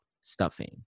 stuffing